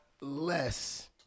less